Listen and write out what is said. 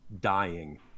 dying